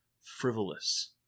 frivolous